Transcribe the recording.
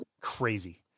Crazy